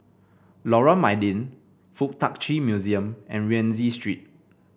Lorong Mydin FuK Tak Chi Museum and Rienzi Street